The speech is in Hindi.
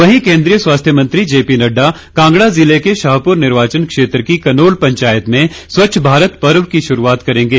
वहीं केंद्रीय स्वास्थ्य मंत्री जेपी नड्डा कांगड़ा ज़िले के शाहपुर निर्वाचन क्षेत्र की कनोल पंचायत में स्वच्छ भारत पर्व की शुरूआत करेंगे